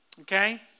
Okay